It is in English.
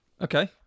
Okay